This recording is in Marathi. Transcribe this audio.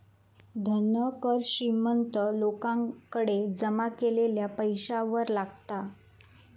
धन कर श्रीमंत लोकांकडे जमा केलेल्या पैशावर लागता